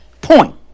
point